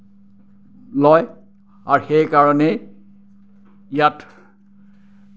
লয় আৰু সেইকাৰণেই ইয়াত